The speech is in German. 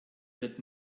wird